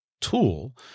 tool